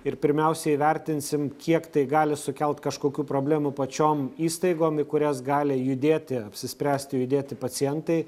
ir pirmiausiai įvertinsim kiek tai gali sukelt kažkokių problemų pačiom įstaigom į kurias gali judėti apsispręsti judėti pacientai